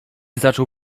zaczął